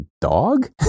dog